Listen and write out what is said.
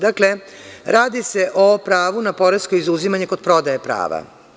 Dakle, radi se o pravu na poresko izuzimanje kod prodaje prava.